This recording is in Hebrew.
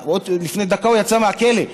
לפני דקה הוא יצא מהכלא.